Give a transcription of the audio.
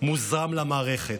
מוזרם למערכת.